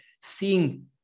seeing